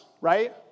right